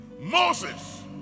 Moses